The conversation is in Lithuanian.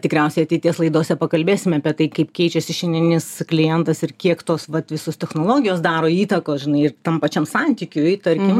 tikriausiai ateities laidose pakalbėsime apie tai kaip keičiasi šiandieninis klientas ir kiek tos vat visos technologijos daro įtaką žinai ir tam pačiam santykiui tarkim